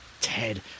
Ted